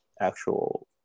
actual